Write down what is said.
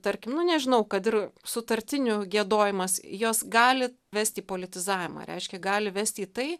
tarkim nu nežinau kad ir sutartinių giedojimas jos gali vesti į politizavimą reiškia gali vesti į tai